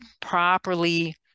properly